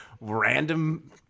Random